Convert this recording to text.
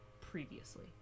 previously